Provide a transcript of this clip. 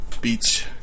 beach